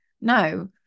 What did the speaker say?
no